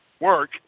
work